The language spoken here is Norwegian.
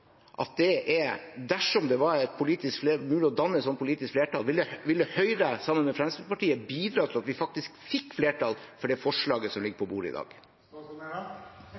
at Høyre – dersom det var mulig å danne et sånt politisk flertall – ville bidratt sammen med Fremskrittspartiet til at vi faktisk fikk flertall for det forslaget som ligger på bordet i